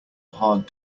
hard